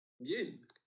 Bien